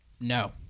No